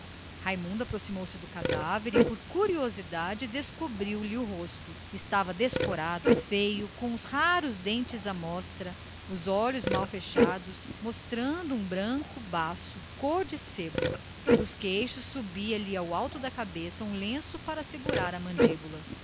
raimundo aproximou-se do cadáver e por mera curiosidade descobriu-lhe o rosto estava lívido com os raros dentes à mostra os olhos mal fechados mostrando um branco baço cor de sebo dos queixos subia lhe ao alto da cabeça um lenço amarrado para segurar o